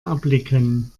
erblicken